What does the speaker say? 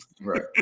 Right